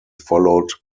followed